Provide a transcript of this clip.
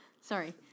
Sorry